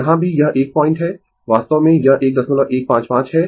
तो यहाँ भी यह 1 पॉइंट है वास्तव में यह 1155 है